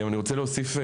אני רוצה להוסיף,